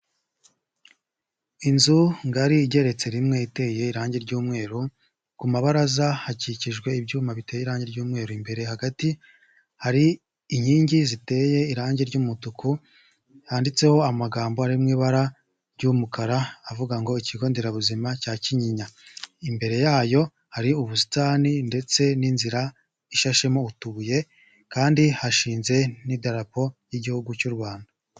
Inzu ngari igeretse rimwe iteye irangi ry'umweru, ku mabaraza hakikijwe ibyuma biteye irangi ry'mweru, imbere hagati hari inkingi ziteye irangi ry'umutuku handitseho amagambo ari mu ibara ry'umukara avuga ngo ikigo nderabuzima cya Kinyinya, imbere yayo hari ubusitani ndetse n'inzira ishashemo utubuye kandi hashinze n'idarapo ry'igihugu cy'u Rwanda.